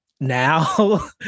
now